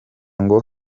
ngo